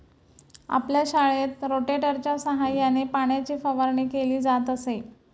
आपल्या शाळेत रोटेटरच्या सहाय्याने पाण्याची फवारणी केली जात असे